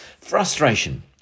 Frustration